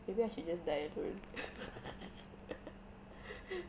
maybe I should just die alone